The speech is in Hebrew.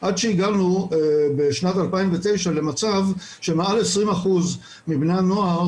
עד שהגענו בשנת 2009 למצב שמעל 20% מבני הנוער,